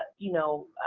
you know,